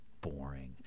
boring